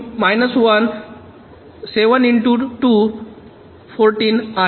आहे तर ते 14 आहे